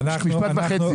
משפט אחד.